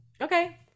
Okay